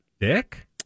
Dick